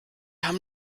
haben